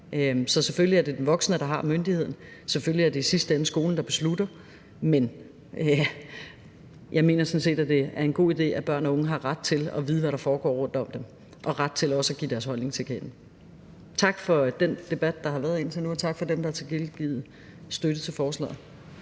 Så selvfølgelig er det den voksne, der har myndigheden. Selvfølgelig er det i sidste ende skolen, der beslutter det. Men jeg mener, at det sådan set er en god idé, at børn og unge har ret til at vide, hvad der foregår rundt om dem, og ret til også at give deres holdning til kende. Tak for den debat, der har været indtil nu, og tak til dem, der har tilkendegivet støtte til forslaget.